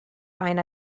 rhain